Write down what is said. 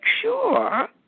sure